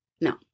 no